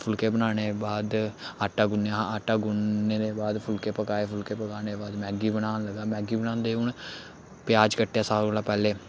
फुल्के बनाने दे बाद आटा गुन्नेआ हा आटा गुन्नने दे बाद फुलके पकाए फुलके पकाने दे बाद मैगी बनान लगा मैगी बनांदे हून प्याज कट्टेआ सारें कोला पैह्लें